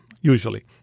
usually